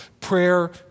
Prayer